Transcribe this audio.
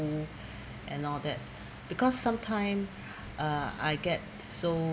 and all that because sometime uh I get so